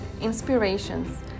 inspirations